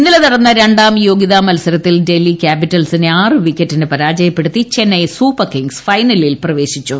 ഇന്നലെ നടന്ന രണ്ടാം യോഗൃതാ മത്സരത്തിൽ ഡൽഹി ക്യാപിറ്റൽസിനെ ആറ് വിക്കറ്റിന് പരാജയപ്പെടുത്തി ചെന്നൈ സൂപ്പർ കിംഗ്സ് ഫൈനലിൽ പ്രവേശിച്ചു